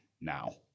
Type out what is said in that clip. now